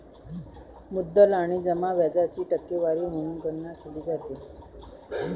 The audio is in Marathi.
मुद्दल आणि जमा व्याजाची टक्केवारी म्हणून गणना केली जाते